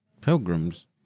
Pilgrims